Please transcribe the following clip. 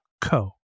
co